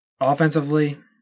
Offensively